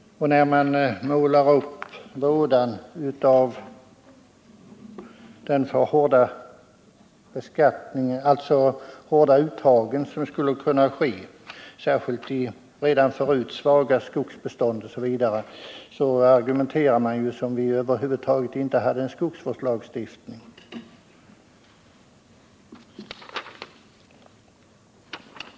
När man målar upp vådan av det för hårda uttag som skulle kunna ske, särskilt i redan förut svaga skogsbestånd, argumenterar man som om vi över huvud taget inte hade någon skogsvårdslagstiftning.